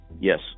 Yes